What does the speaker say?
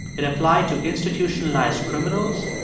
it applied to institutionalized criminals,